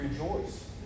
rejoice